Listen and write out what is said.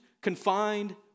confined